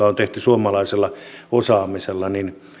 on tehty suomalaisella osaamisella